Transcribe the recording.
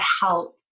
help